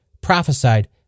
prophesied